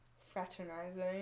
fraternizing